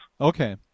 okay